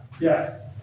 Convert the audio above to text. yes